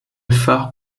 phare